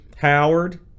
Howard